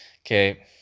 Okay